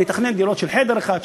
אני אתכנן דירות של חדר אחד,